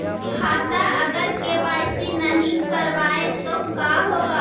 खाता अगर के.वाई.सी नही करबाए तो का होगा?